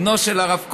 בנו של הרב קוק,